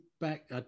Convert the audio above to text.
back